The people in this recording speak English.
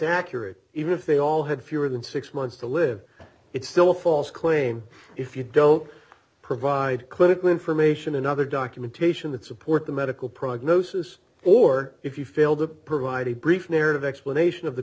accurate even if they all had fewer than six months to live it's still a false claim if you don't provide clinical information and other documentation that support the medical prognosis or if you fail to provide a brief narrative explanation of the